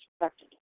expected